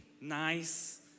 nice